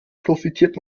profitiert